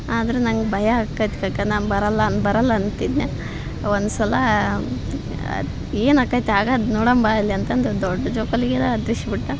ಆದರ ನಂಗೆ ಭಯ ಆಗ್ಕೈತ್ತಿ ಕಾಕ ನಾನು ಬರಲ್ಲ ನಾನು ಬರಲ್ಲ ಅಂತಿದ್ನೆ ಒಂದು ಸಲಾ ಏನಾಕೈತಿ ಆಗದು ನೋಡನ ಬಾ ಇಲ್ಲಿ ಅಂತದ್ದು ದೊಡ್ಡ ಜೋಕಾಲಿಗೆ ಹತ್ತಿಸ್ಬಿಟ್ಟ